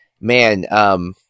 man